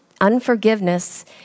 unforgiveness